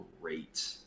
great